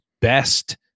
best